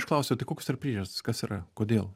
aš klausiau tai kokios yra priežastys kas yra kodėl